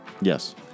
Yes